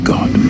God